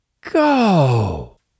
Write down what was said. go